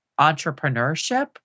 entrepreneurship